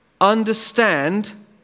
Understand